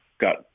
got